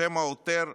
שם העותר: